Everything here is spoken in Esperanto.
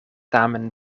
tamen